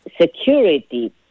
security